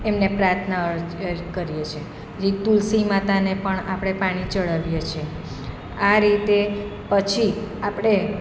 એમને પ્રાર્થના અર્ચ અ કરીએ છીએ એક તુલસી માતાને પણ આપણે પાણી ચઢાવીએ છીએ આ રીતે પછી આપણે